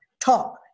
talk